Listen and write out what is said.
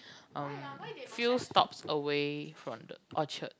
erm few stops away from the Orchard